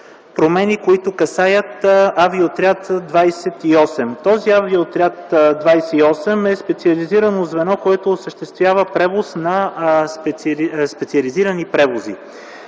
промени, които касаят Авиоотряд 28. Този Авиоотряд 28 е специализирано звено, което осъществява специализирани превози.